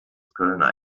kölner